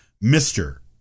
mister